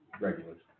regulars